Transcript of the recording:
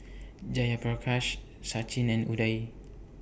Jayaprakash Sachin and Udai